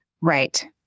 Right